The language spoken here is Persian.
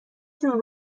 جون